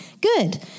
good